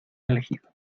elegido